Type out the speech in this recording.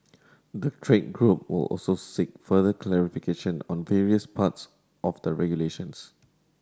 the trade group will also seek further clarification on various parts of the regulations